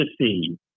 see